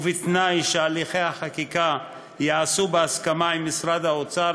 ובתנאי שהליכי החקיקה ייעשו בהסכמה עם משרד האוצר,